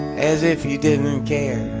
as if you didn't care.